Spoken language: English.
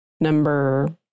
number